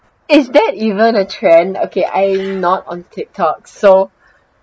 is that even a trend okay I'm not on Tiktok so